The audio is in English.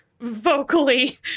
vocally